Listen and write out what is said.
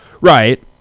right